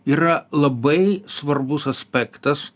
yra labai svarbus aspektas